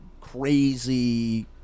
crazy